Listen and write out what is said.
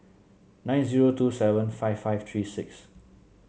nine zero two seven five five three six